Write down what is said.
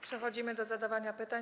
Przechodzimy do zadawania pytań.